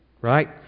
Right